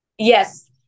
Yes